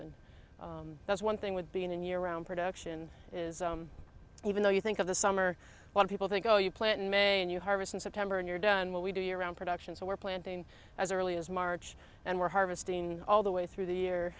and that's one thing with being in year round production is even though you think of the summer when people think oh you plant in may and you harvest in september and you're done well we do year round production so we're planting as early as march and we're harvesting all the way through the year